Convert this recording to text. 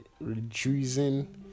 reducing